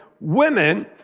women